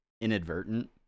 inadvertent